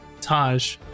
taj